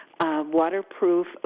waterproof